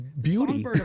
Beauty